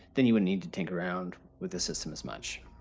then you would need to tinker around with the system as much.